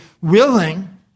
willing